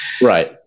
Right